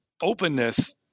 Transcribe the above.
openness